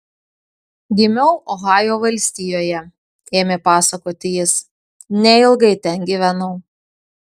gimiau ohajo valstijoje ėmė pasakoti jis neilgai ten gyvenau